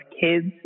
kids